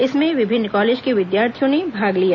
इसमें विभिन्न कॉलेज के विद्यार्थियों ने भाग लिया